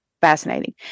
fascinating